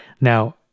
Now